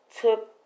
took